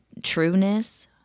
trueness